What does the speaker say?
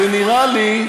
זה נראה לי,